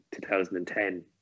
2010